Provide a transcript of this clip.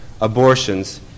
abortions